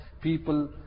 people